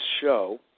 show